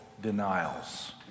denials